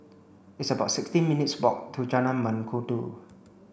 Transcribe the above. it's about sixty minutes' walk to Jalan Mengkudu